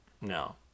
No